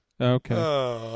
Okay